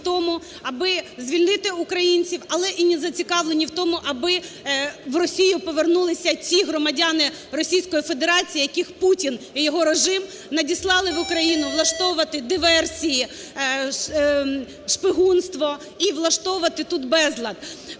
аби звільнити українців, але і не зацікавлені в тому, аби в Росію повернулися ті громадяни Російської Федерації, яких Путін і його режим надіслали в Україну влаштовувати диверсії, шпигунство і влаштовувати тут безлад.